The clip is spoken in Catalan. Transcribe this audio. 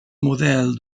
model